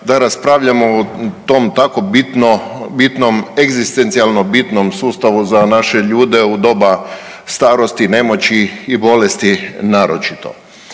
da raspravljamo o tom tako bitnom egzistencijalno bitnom sustavu za naše ljude u doba starosti, nemoći i bolesti naročito.